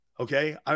Okay